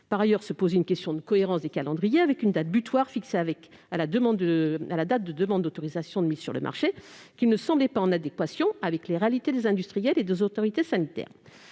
Par ailleurs, une question de cohérence des calendriers se pose avec une date butoir fixée à la date de demande d'autorisation de mise sur le marché qui ne semble pas en adéquation avec le fonctionnement réel des industriels et des autorités sanitaires.